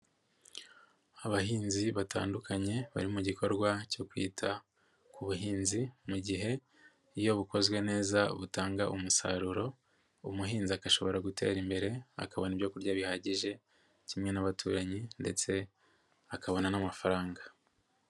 Abahinzi batandukanye bari mu gikorwa cyo kwita ku buhinzi mu gihe iyo bukozwe neza butanga umusaruro umuhinzi agashobora gutera imbere akabona ibyo kurya bihagije kimwe n'abaturanyi ndetse akabona n'amafaranga.